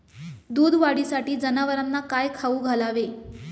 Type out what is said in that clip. दूध वाढीसाठी जनावरांना काय खाऊ घालावे?